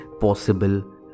possible